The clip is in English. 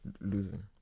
losing